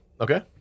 Okay